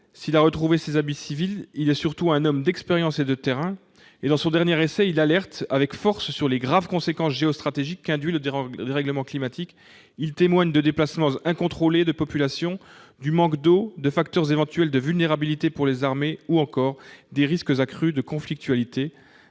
S'il a retrouvé ses habits de civil, il est surtout un homme d'expérience et de terrain. Dans son dernier essai, il alerte avec force sur les graves conséquences géostratégiques qu'induit le dérèglement climatique. Il témoigne des déplacements incontrôlés de populations, du manque d'eau, des facteurs éventuels de vulnérabilité pour les armées, ou encore des risques accrus de conflictualité.